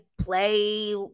play